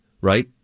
right